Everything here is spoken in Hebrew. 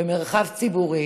במרחב ציבורי,